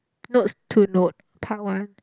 notes to note part one